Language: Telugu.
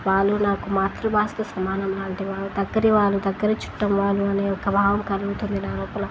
వాళ్ళు నాకు మాతృభాష సమానం లాంటి వాళ్ళ దగ్గరి వాళ్ళు దగ్గర చుట్టం వాళ్ళు అనే ఒక భావం కలుగుతుంది నానుల